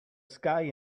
sky